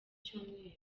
cyumweru